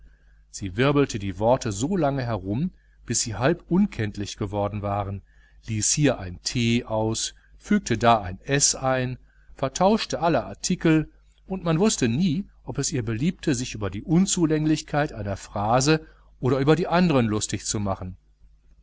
sie wirbelte die worte so lange herum bis sie halb unkenntlich geworden waren ließ hier ein t aus fügte da ein s ein vertauschte alle artikel und man wußte nie ob es ihr beliebte sich über die unzulänglichkeit einer phrase oder über die andern lustig zu machen